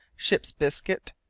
ship's biscuit,